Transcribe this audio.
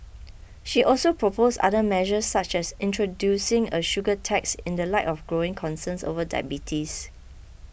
she also proposed other measures such as introducing a sugar tax in the light of growing concerns over diabetes